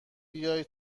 بیای